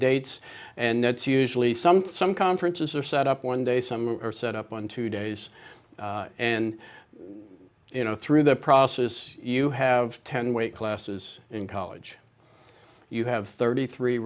dates and that's usually something some conferences are set up one day some are set up on two days and you know through the process you have ten weight classes in college you have thirty three